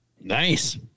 Nice